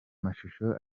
mashusho